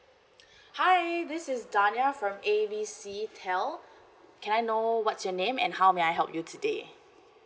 hi this is dania from A B C tel can I know what's your name and how may I help you today